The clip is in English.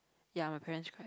ya my parents cried